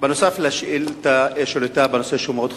בנוסף לשאילתא בנושא שהוא מאוד חשוב,